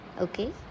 Okay